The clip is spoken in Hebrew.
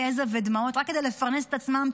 יזע ודמעות רק כדי לפרנס את עצמם,